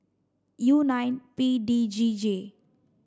U nine P D G G